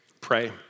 pray